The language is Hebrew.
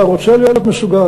אתה רוצה להיות מסוגל,